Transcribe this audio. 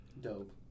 Dope